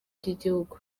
by’igihugu